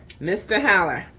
mr. holler.